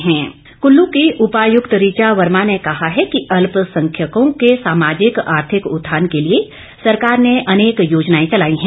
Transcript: DC Kullu Kullu की उपायुक्त रिचा वर्मा ने कहा है कि अल्पसंख्यकों के सामाजिक आर्थिक उत्थान के लिए सरकार ने अनेक योजनाएं चलाई हैं